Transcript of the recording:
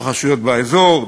ההתרחשויות באזור,